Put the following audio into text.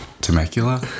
temecula